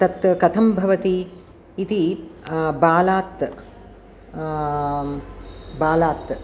तत् कथं भवति इति बाल्यात् बाल्यात्